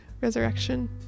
resurrection